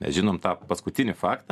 mes žinom tą paskutinį faktą